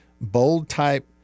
bold-type